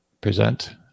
Present